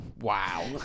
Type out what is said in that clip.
Wow